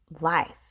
life